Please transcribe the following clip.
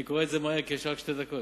אני קורא את זה מהר, כי יש לי רק שתי דקות,